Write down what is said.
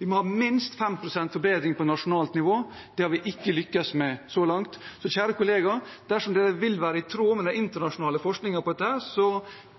Vi må ha minst 5 pst. forbedring på nasjonalt nivå. Det har vi ikke lyktes med så langt. Så til mine kjære kollegaer – dersom man vil være i tråd med den